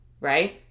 right